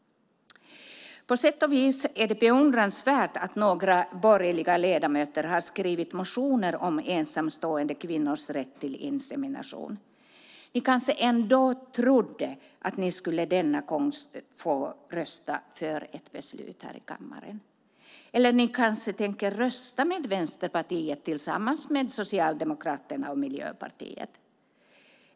På sätt och vis är det beundransvärt att några borgerliga ledamöter har skrivit motioner om ensamstående kvinnors rätt till insemination. Ni kanske trots allt trodde att ni denna gång skulle få rösta för ett beslut. Eller tänker ni kanske rösta med Vänsterpartiet, Socialdemokraterna och Miljöpartiet?